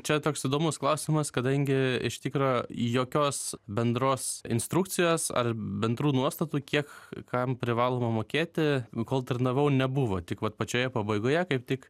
čia toks įdomus klausimas kadangi iš tikro jokios bendros instrukcijos ar bendrų nuostatų kiek kam privaloma mokėti kol tarnavau nebuvo tik vat pačioje pabaigoje kaip tik